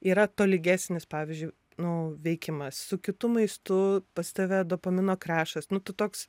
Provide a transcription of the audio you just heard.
yra tolygesnis pavyzdžiui nu veikimas su kitu maistu pas tave dopamino krešas nu toks